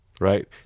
right